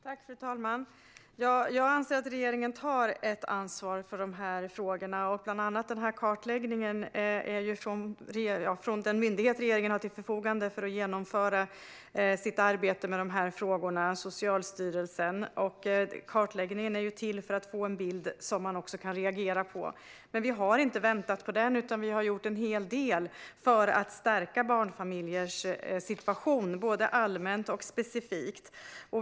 Fru talman! Jag anser att regeringen tar ansvar för de här frågorna. Det gäller bland annat kartläggningen från den myndighet regeringen har till förfogande för att genomföra sitt arbete med de här frågorna, nämligen Socialstyrelsen. Kartläggningen är till för att få en bild som man också kan reagera på. Men vi har inte väntat på den, utan vi har gjort en hel del för att stärka barnfamiljers situation, både allmänt och specifikt.